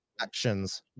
actions